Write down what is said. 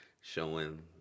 showing